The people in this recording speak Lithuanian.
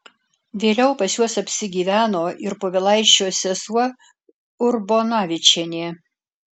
vėliau pas juos apsigyveno ir povilaičio sesuo urbonavičienė